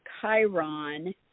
Chiron